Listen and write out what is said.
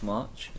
March